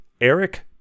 Eric